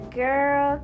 girl